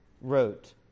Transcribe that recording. wrote